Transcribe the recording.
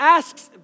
asks